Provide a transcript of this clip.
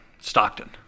Stockton